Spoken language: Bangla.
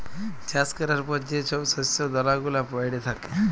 চাষ ক্যরার পর যে ছব শস্য দালা গুলা প্যইড়ে থ্যাকে